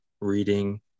reading